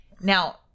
Now